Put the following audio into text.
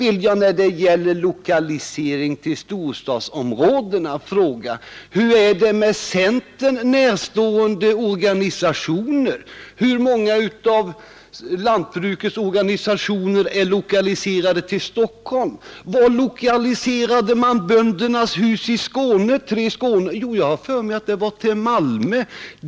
Vad slutligen gäller lokaliseringen till storstadsområdena vill jag fråga: Hur är det med centern närstående organisationer i det fallet? Hur många av jordbrukets organisationer är lokaliserade till Stockholm? Och vart lokaliserade man Böndernas hus i Skåne? Jag har för mig att det var till Malmö.